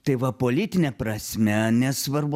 tai va politine prasme nesvarbu